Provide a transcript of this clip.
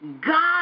God